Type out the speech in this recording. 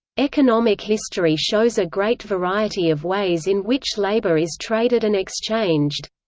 economic history shows a great variety of ways in which labour is traded and exchanged.